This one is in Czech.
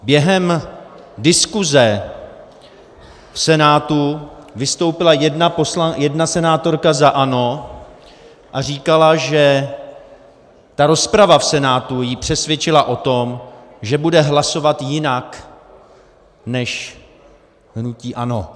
Během diskuse v Senátu vystoupila jedna senátorka za ANO a říkala, že ta rozprava v Senátu ji přesvědčila o tom, že bude hlasovat jinak než hnutí ANO.